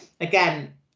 again